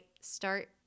start